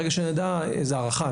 זה הערכה.